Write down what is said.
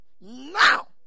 now